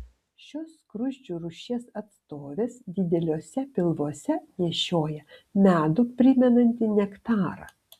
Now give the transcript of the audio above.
šios skruzdžių rūšies atstovės dideliuose pilvuose nešioja medų primenantį nektarą